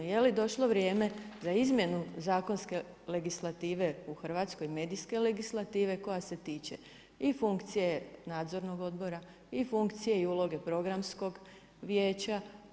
Je li došlo vrijeme za izmjenu zakonske legislative u Hrvatskoj, medijske legislative, koja se tiče i funkcije nadzornog odbora i funkcije i uloge programskog vijeća.